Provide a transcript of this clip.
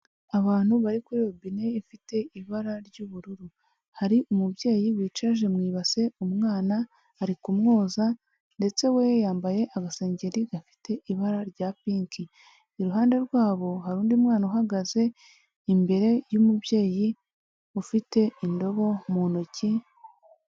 Abantu bari kuri robine ifite ibara ry'ubururu, hari umubyeyi wicaje mu ibase umwana, ari kumwoza ndetse we yambaye agasengeri gafite ibara rya pinki, iruhande rwabo hari undi mwana uhagaze imbere y'umubyeyi ufite indobo mu ntoki.